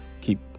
keep